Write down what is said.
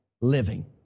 living